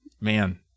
man